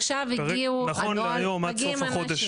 עכשיו מגיעים אנשים.